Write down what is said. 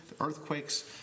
Earthquakes